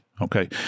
Okay